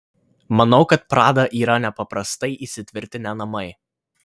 manau kad prada yra nepaprastai įsitvirtinę namai